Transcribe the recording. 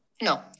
No